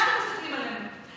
אנחנו מסתכלים עלינו.